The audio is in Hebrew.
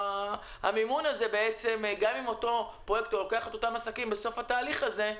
גם אם אותו פרויקטור לוקח את אותם עסקים בסוף התהליך הזה,